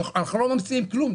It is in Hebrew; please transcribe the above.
אנחנו לא ממציאים כלום.